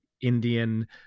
Indian